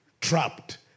trapped